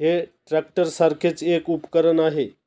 हे ट्रॅक्टरसारखेच एक उपकरण आहे